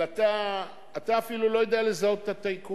אבל אתה, אתה אפילו לא יודע לזהות את הטייקונים.